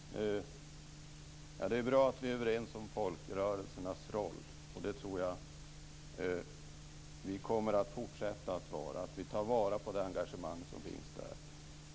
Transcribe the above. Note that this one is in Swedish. Fru talman! Det är bra att vi är överens om folkrörelsernas roll. Det tror jag att vi kommer att fortsätta att vara. Vi måste ta vara på det engagemang som finns där.